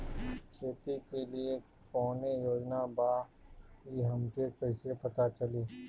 खेती के लिए कौने योजना बा ई हमके कईसे पता चली?